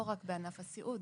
לא רק בענף הסיעוד.